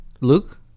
Luke